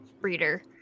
breeder